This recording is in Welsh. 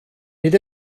nid